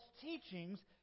teachings